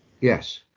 yes